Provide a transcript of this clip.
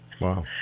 Wow